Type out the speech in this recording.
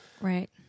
Right